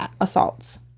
assaults